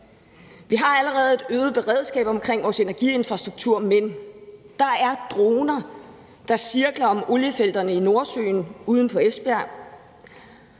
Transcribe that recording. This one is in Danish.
Vi har allerede et øget beredskab omkring vores energiinfrastruktur, men der er droner, der cirkler om oliefelterne i Nordsøen uden for Esbjerg.